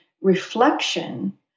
reflection